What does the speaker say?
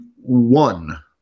one